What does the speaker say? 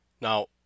Now